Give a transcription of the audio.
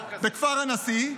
בכפר הנשיא,